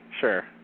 Sure